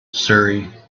surrey